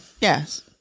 Yes